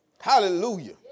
Hallelujah